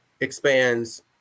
expands